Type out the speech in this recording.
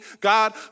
God